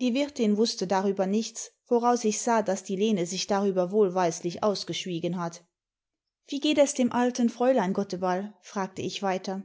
die wirtin wußte darüber nichts woraus ich sah daß die lene sich darüber wohlweislich ausgeschwiegen hat wie geht es dem alten fräulein gotteball fragte ich weiter